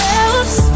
else